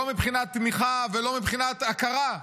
לא מבחינת תמיכה ולא מבחינת הכרה.